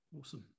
Awesome